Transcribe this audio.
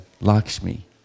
Lakshmi